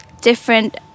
different